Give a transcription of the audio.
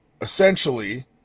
essentially